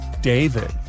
David